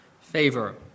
favor